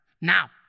Now